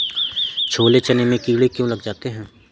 छोले चने में कीड़े क्यो लग जाते हैं?